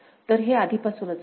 तर हे आधीपासूनच आहे